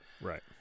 Right